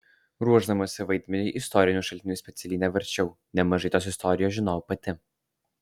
ruošdamasi vaidmeniui istorinių šaltinių specialiai nevarčiau nemažai tos istorijos žinojau pati